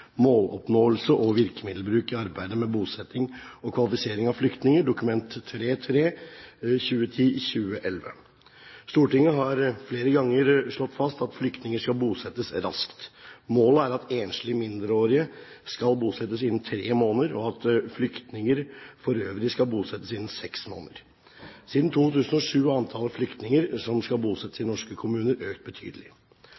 måloppnåelse og virkemiddelbruk i arbeidet med bosetting og kvalifisering av flyktninger – Dokument 3:3 for 2010–2011. Stortinget har flere ganger slått fast at flyktninger skal bosettes raskt. Målet er at enslige mindreårige skal bosettes innen tre måneder, og at flyktninger for øvrig skal bosettes innen seks måneder. Siden 2007 har antall flyktninger som skal bosettes